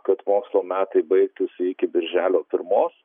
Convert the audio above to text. kad mokslo metai baigtųsi iki birželio pirmos